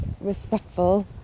respectful